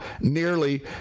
nearly